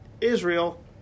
Israel